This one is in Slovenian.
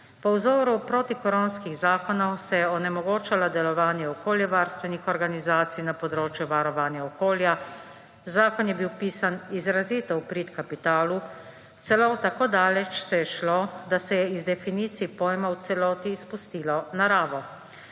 Po vzoru protikoronskih zakonov se je onemogočalo delovanje okoljevarstvenih organizacij na področju varovanja okolja, zakon je bil pisan izrazito v prid kapitalu, celo tako daleč se je šlo, da se je iz definicij pojmov v celoti izpustilo naravo.